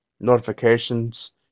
notifications